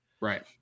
Right